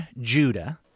Judah